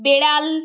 বেড়াল